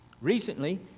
Recently